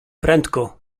prędko